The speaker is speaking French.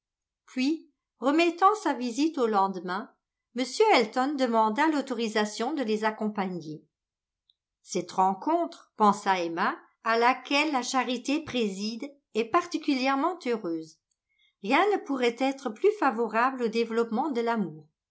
puis remettant sa visite au lendemain m elton demanda l'autorisation de les accompagner cette rencontre pensa emma à laquelle la charité préside est particulièrement heureuse rien ne pourrait être plus favorable au développement de l'amour